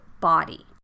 body